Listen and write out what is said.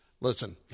Listen